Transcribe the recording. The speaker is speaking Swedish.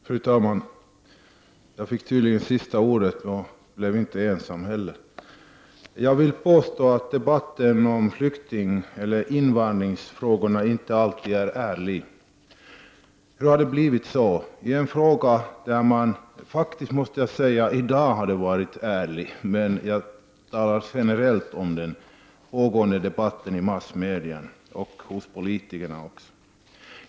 Fru talman! Jag har tydligen förmånen att få sista ordet i denna debatt, och jag är inte heller ensam ledamot i kammaren. Jag vill påstå att debatten om flyktingeller invandringsfrågorna inte alltid är ärlig. Hur har det kunnat bli så? I dag har debatten faktiskt varit ärlig, men generellt är den inte det, och det gäller särskilt den pågående debatten i massmedia och bland politiker.